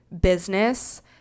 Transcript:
business